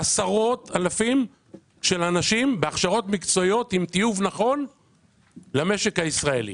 עשרות אלפים של אנשים בהכשרות מקצועיות עם טיוב נכון למשק הישראלי.